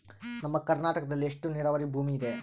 ನಮ್ಮ ಕರ್ನಾಟಕದಲ್ಲಿ ಎಷ್ಟು ನೇರಾವರಿ ಭೂಮಿ ಇದೆ?